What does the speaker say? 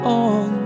on